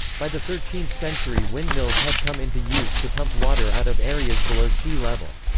by the thirteenth century windmills had come into use to pump water out of areas below sea level.